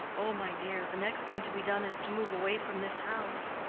oh, my dear, the next thing to be done is to move away from this house.